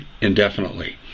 indefinitely